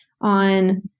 on